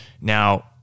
now